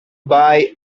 buy